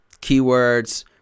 keywords